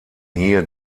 hier